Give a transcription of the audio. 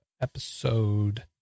Episode